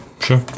Sure